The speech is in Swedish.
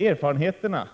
Erfarenheterna,